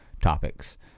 topics